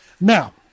Now